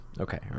okay